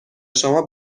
شما